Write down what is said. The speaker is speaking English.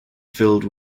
filled